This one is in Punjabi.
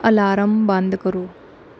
ਅਲਾਰਮ ਬੰਦ ਕਰੋ